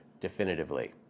definitively